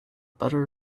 butter